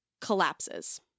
Collapses